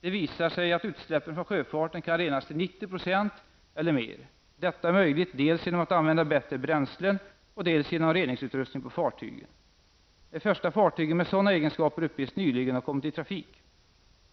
Det visar sig att utsläppen från sjöfarten kan renas till 90 % eller mer. Detta är möjligt dels genom att använda bättre bränslen, dels genom reningsutrustning på fartygen. De första fartygen med sådana egenskaper uppges nyligen ha kommit i trafik.